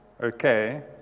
okay